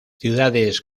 ciudades